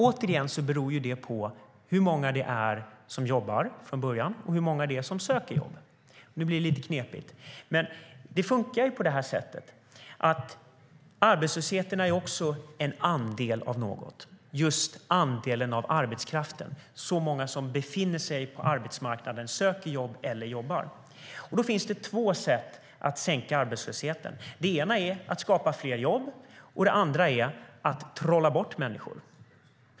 Återigen beror det på hur många som jobbar från början och hur många som söker jobb. Nu blir det lite knepigt, men det fungerar på så sätt att arbetslösheten är en andel av något, just andelen av arbetskraften, så många som befinner sig på arbetsmarknaden, söker jobb eller jobbar. Då finns det två sätt att sänka arbetslösheten. Det ena är att skapa fler jobb. Det andra är att trolla bort människor.